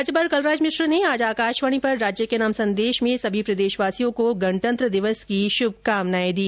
राज्यपाल कलराज मिश्र ने आज आकाशवाणी पर राज्य के नाम संदेश में सभी प्रदेशवासियों को गणतंत्र दिवस की शुभकामनाएं दी